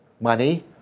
money